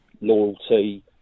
Loyalty